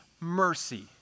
mercy